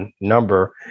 number